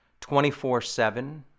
24-7